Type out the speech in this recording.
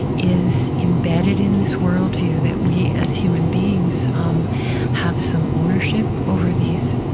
is embedded in this worldview that we, as human beings, um have some ownership over these,